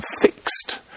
fixed